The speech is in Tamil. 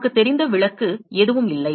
நமக்குத் தெரிந்த விளக்கு எதுவும் இல்லை